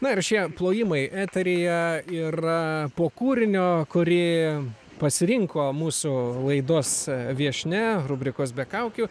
na ir šie plojimai eteryje yra po kūrinio kurį pasirinko mūsų laidos viešnia rubrikos be kaukių